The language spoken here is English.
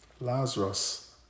Lazarus